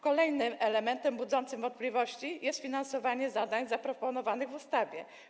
Kolejnym elementem budzącym wątpliwości jest finansowanie zadań zaproponowanych w ustawie.